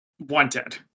wanted